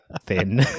thin